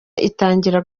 itangira